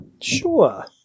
Sure